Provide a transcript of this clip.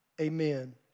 amen